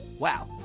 wow,